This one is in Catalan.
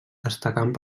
destacant